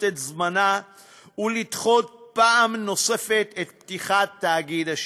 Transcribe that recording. את זמנה ולדחות פעם נוספת את פתיחת תאגיד הציבור,